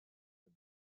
and